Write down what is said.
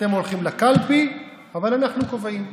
אתם הולכים לקלפי, אבל אנחנו קובעים.